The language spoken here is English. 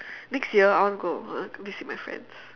next year I want to go I want to visit my friends